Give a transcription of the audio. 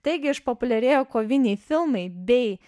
taigi išpopuliarėję koviniai filmai bei